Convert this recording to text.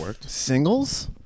singles